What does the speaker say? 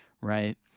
right